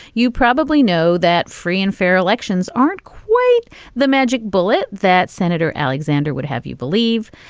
you probably know that free and fair elections aren't quite the magic bullet that senator alexander would have you believe.